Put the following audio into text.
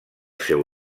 seu